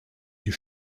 die